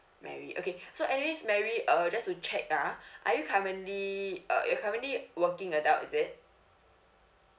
mary okay so anyways mary uh just to check ah are you currently uh you're currently working adult is it